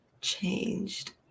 changed